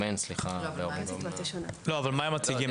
מה הם מציגים?